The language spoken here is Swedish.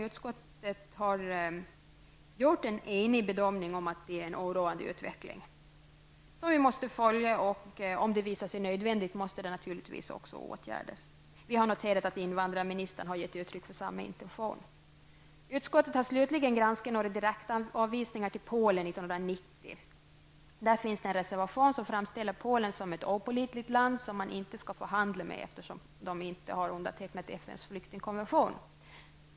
Utskottet har på den punkten gjort en enig bedömning att det är en oroande utveckling, som måste följas. Om det visar sig nödvändigt måste den åtgärdas. Vi har noterat att invandrarministern har givit uttryck för samma intention. Utskottet har också granskat några direktavvisningar till Polen 1990. Det finns en reservation, vilken framställer Polen som ett opålitligt land, som man inte skall förhandla med, eftersom Polen inte har undertecknat FNs flyktingkommission.